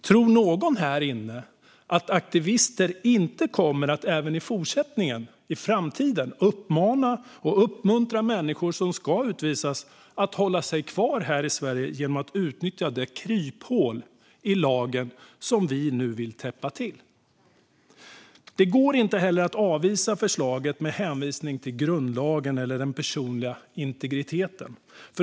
Tror någon här inne att aktivister inte i framtiden kommer att fortsätta att uppmana och uppmuntra människor som ska utvisas att hålla sig kvar här i Sverige genom att utnyttja det kryphål i lagen som vi nu vill täppa till? Det går inte att avvisa förslaget med hänvisning till grundlagen eller den personliga integriteten.